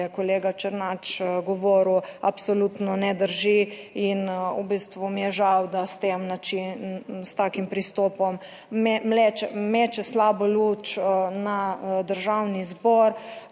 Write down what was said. kolega Černač govoril, absolutno ne drži in v bistvu mi je žal, da s tem način s takim pristopom meče slabo luč na državni zbor.